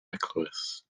eglwys